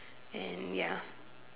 and ya